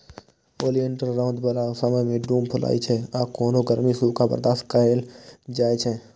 oleander रौद बला समय मे खूब फुलाइ छै आ केहनो गर्मी, सूखा बर्दाश्त कए लै छै